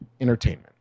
entertainment